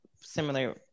similar